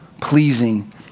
pleasing